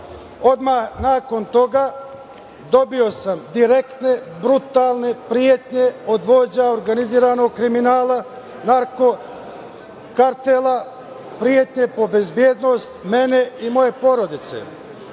Odmah nakon toga dobio sam direktne, brutalne pretnje od vođa organizovanog kriminala, narko-kartela, pretnje po bezbednost mene i moje porodice.